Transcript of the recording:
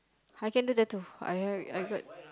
I can do tattoo I have I got